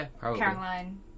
Caroline